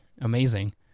amazing